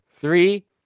Three